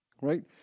right